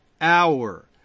hour